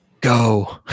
go